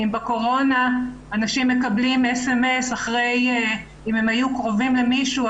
אם בקורונה אנשים מקבלים אס אם אס כשהם היו קרובים למישהו,